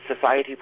society